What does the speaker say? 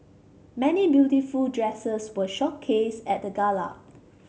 many beautiful dresses were showcased at the gala